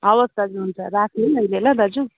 हवस् दाजु हुन्छ राखेँ है ल मैले दाजु